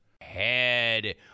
Head